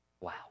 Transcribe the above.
Wow